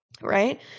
Right